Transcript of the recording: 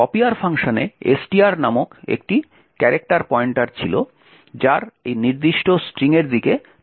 copier ফাংশনে STR নামক একটি ক্যারেক্টার পয়েন্টার ছিল যার এই নির্দিষ্ট স্ট্রিং এর দিকে পয়েন্টারটি রয়েছে